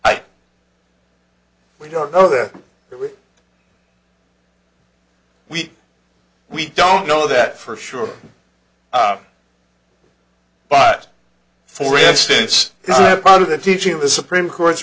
i don't know that we we don't know that for sure but for instance part of the teaching of the supreme court's